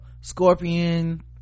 scorpion